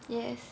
yes